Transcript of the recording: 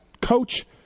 coach